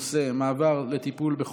נעבור להצעות הבאות לסדר-היום,